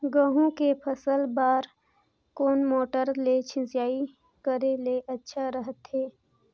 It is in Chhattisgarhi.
गहूं के फसल बार कोन मोटर ले सिंचाई करे ले अच्छा रथे?